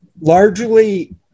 largely